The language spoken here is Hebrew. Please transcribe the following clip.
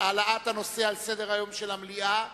העלאת הנושא על סדר-היום של המליאה,